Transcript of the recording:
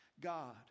God